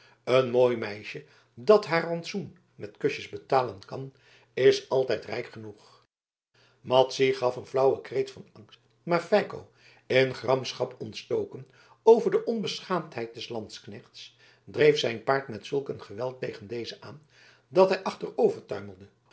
een mooi meisje dat haar rantsoen met kusjes betalen kan is altijd rijk genoeg madzy gaf een flauwen kreet van angst maar feiko in gramschap ontstoken over de onbeschaamdheid des lansknechts dreef zijn paard met zulk een geweld tegen dezen aan dat hij